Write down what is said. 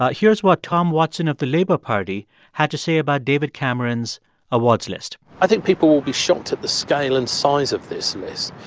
but here's what tom watson of the labour party had to say about david cameron's awards list i think people will be shocked at the scale and size of this list.